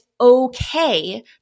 Okay